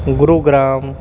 Gurugram